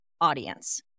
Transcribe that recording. audience